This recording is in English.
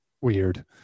weird